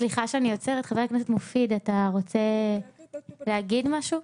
חבר הכנסת מופיד, אתה רוצה להגיד משהו?